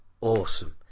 awesome